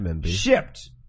Shipped